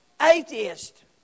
atheist